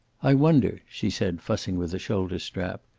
i wonder, she said, fussing with a shoulder-strap,